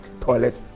Toilet